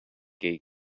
gay